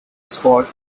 spot